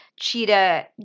cheetah